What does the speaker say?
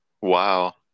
Wow